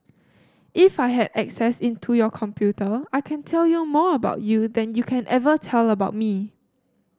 if I had access into your computer I can tell you more about you than you can ever tell about me